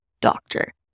doctor